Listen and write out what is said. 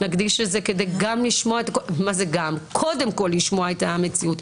נקדיש את זה כדי קודם כול לשמוע את המציאות,